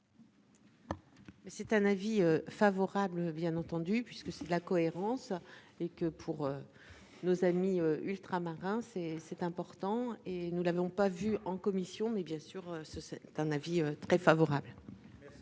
c'est un avis favorable bien entendu puisque c'est la cohérence et que pour. Nos amis ultramarins c'est c'est important. Et nous l'avons pas vu en commission. Mais bien sûr ce c'est un avis très favorable.